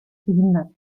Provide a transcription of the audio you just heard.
behindert